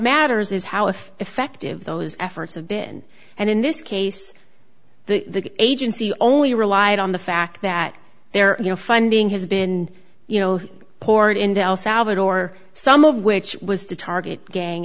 matters is how if effective those efforts have been and in this case the agency only relied on the fact that their funding has been you know poured into el salvador some of which was to target gang